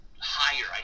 higher